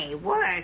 work